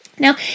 Now